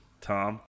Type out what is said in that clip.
Tom